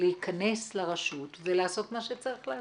להיכנס לרשות ולעשות מה שצריך לעשות.